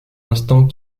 instant